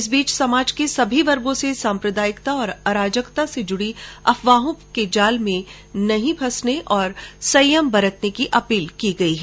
इस बीच समाज के सभी वर्गों से साम्प्रदायिकता और अराजकता से जुड़ी अफवाहों के जाल में नहीं फंसने और संयम बरतने की अपील की गई है